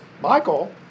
Michael